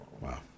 Wow